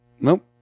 Nope